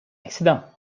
accident